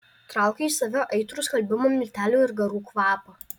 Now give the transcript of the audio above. traukė į save aitrų skalbimo miltelių ir garų kvapą